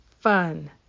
fun